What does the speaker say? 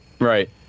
right